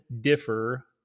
differ